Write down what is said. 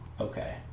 Okay